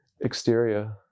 exterior